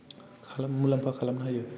मुलाम्फा खालामनो हायो